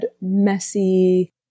messy